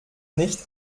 nicht